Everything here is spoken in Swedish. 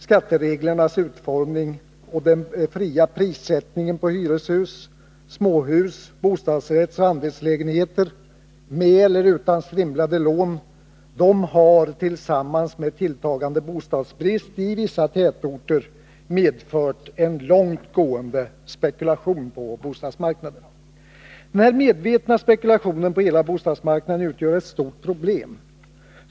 Skattereglernas utformning och den fria prissättningen när det gäller hyreshus, småhus, bostadsrättsoch andelslägenheter — med eller utan strimlade lån — har, tillsammans med tilltagande bostadsbrist i vissa tätorter, medfört en långt gående spekulation på bostadsmarknaden. Den medvetna spekulationen på hela bostadsmarknaden utgör ett stort problem.